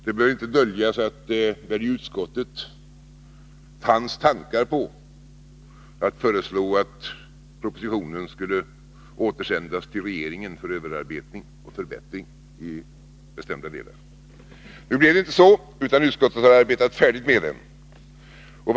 Det bör inte döljas att det i utskottet fanns tankar på att föreslå att propositionen skulle återsändas till regeringen för överarbetning och förbättring i bestämda delar. Nu blev det inte så, utan utskottet har arbetat färdigt med propositionen.